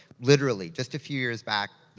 literally. just a few years back,